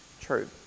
True